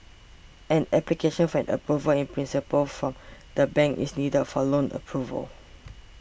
an application for an Approval in Principle from the bank is needed for loan approval